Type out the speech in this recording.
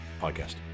podcast